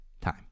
time